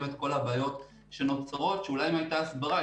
את כל הבעיות שנוצרות שאולי אם הייתה הסברה,